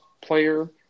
player